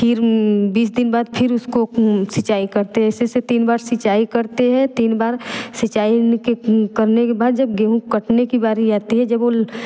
फिर बीस दिन बाद फिर उसको सिंचाई करते हैं ऐसे ऐसे तीन बार सिंचाई करते हैं तीन बार सिंचाई उनके करने के बाद जब गेंहूँ कटने की बारी आती है जब वो